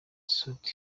soudy